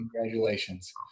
Congratulations